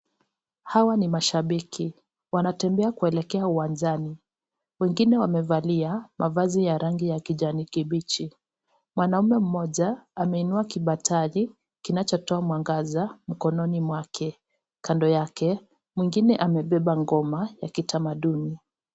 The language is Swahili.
Hawa ni mashabiki wanatembea kuelekea uwanjani , wengine wamevalia mavazi ya rangi ya kijani kibichi, mwanaume mmoja ameinua kibataji kinachotoa mwangaza mkononi mwake , Kando yake mwingine amebeba ngoma ya kitamaduni.